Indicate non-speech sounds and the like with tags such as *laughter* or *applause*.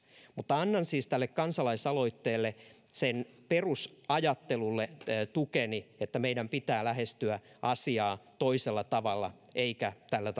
mutta annan siis tälle kansalaisaloitteelle sen perusajattelulle tukeni sille että meidän pitää lähestyä asiaa toisella tavalla eikä tällä *unintelligible*